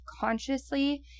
consciously